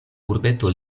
urbeto